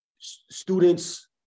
students